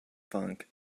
funk